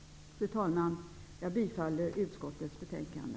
Fru talman! Jag yrkar bifall till hemställan i utskottets betänkande.